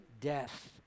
death